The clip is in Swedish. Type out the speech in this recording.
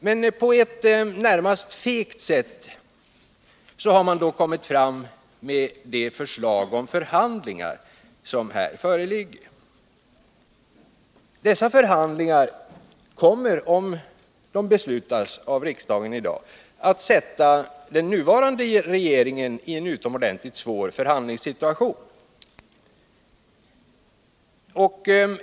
Men på ett närmast fegt sätt har man då kommit fram med det förslag om förhandlingar som här föreligger. Dessa förhandlingar kommer, om det beslutas så av riksdagen i dag, att försätta den nuvarande regeringen i en utomordentligt svår förhandlingssituation.